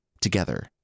together